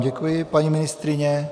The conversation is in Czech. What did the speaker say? Děkuji vám, paní ministryně.